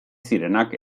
zirenak